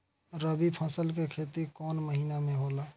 रवि फसल के खेती कवना महीना में होला?